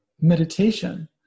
meditation